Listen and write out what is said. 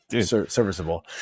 Serviceable